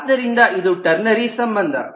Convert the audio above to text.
ಆದ್ದರಿಂದ ಇದು ಟರ್ನೆರಿ ಸಂಬಂಧ